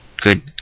good